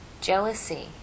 jealousy